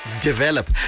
develop